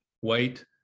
white